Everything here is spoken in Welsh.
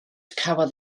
cafodd